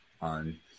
on